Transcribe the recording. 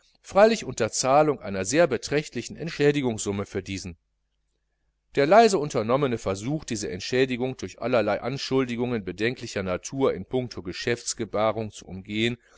freilich unter zahlung einer sehr beträchtlichen entschädigungssumme für diesen der leise unternommene versuch diese entschädigung durch allerlei anschuldigungen bedenklicher natur in punkto geschäftsführung zu umgehen